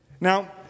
Now